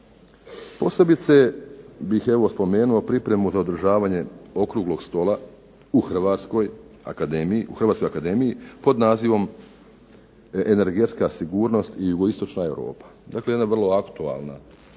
Posebice bih evo spomenuo pripremu za održavanje okruglog stola u Hrvatskoj akademiji pod nazivom energetska sigurnost i jugoistočna Europa. Dakle, jedna vrlo aktualna